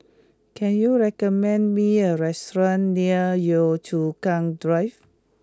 can you recommend me a restaurant near Yio Chu Kang Drive